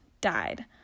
died